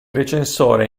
recensore